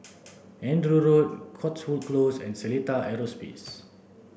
Andrew Road Cotswold Close and Seletar Aerospace